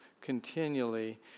continually